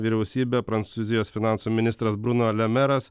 vyriausybė prancūzijos finansų ministras bruno le meras